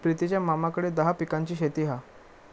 प्रितीच्या मामाकडे दहा पिकांची शेती हा